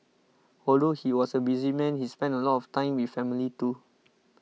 although he was a busy man he spent a lot of time with family too